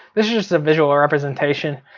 this is just a visual representation.